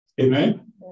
Amen